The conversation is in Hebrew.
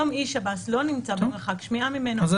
היום איש שב"ס לא נמצא במרחק שמיעה ממנו.